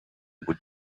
would